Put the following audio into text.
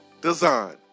Design